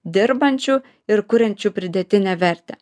dirbančių ir kuriančių pridėtinę vertę